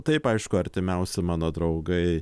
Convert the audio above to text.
taip aišku artimiausi mano draugai